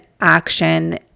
action